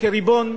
כריבון,